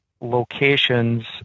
locations